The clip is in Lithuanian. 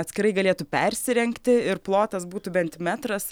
atskirai galėtų persirengti ir plotas būtų bent metras